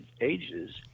Ages